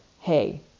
Hey